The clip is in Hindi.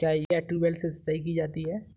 क्या ट्यूबवेल से सिंचाई की जाती है?